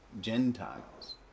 Gentiles